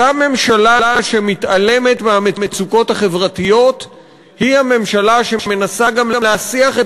אותה ממשלה שמתעלמת מהמצוקות החברתיות היא הממשלה שמנסה גם להסיח את